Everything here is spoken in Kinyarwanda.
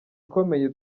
ikomeye